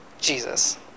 Jesus